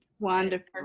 wonderful